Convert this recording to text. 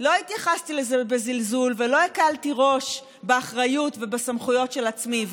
לא התייחסתי לזה בזלזול ולא הקלתי ראש באחריות ובסמכויות של עצמי,